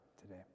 today